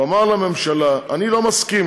הוא אמר לממשלה: אני לא מסכים,